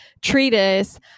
treatise